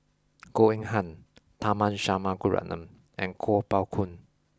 Goh Eng Han Tharman Shanmugaratnam and Kuo Pao Kun